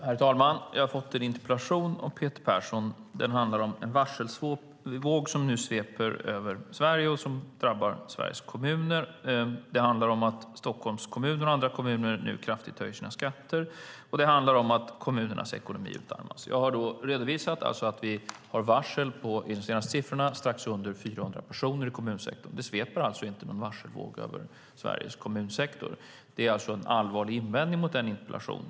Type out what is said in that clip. Herr talman! Jag har fått en interpellation av Peter Persson. Den handlar om en varselvåg som nu sveper över Sverige och drabbar Sveriges kommuner, om att Stockholms kommun och andra kommuner nu kraftigt höjer sina skatter och om att kommunernas ekonomi utarmas. Jag har då redovisat att vi enligt de senaste siffrorna har varsel på strax under 400 personer i kommunsektorn. Det sveper alltså ingen varselvåg över Sveriges kommunsektor, vilket är en allvarlig invändning mot interpellationen.